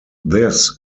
this